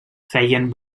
feien